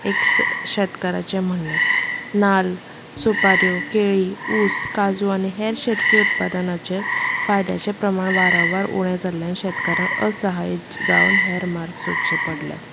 एक शेतकाराचे म्हणणें नाल्ल सुपाऱ्यो केळी ऊस काजू आनी हेर शेतकी उत्पादनाचे फायद्याचे प्रमाण वारंवार उणें जाल्ल्यान शेतकारांक असहाय्य जावन हेर मार्ग सोदचे पडल्यात